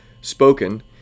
spoken